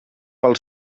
pel